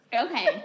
Okay